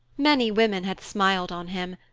many women had smiled on him,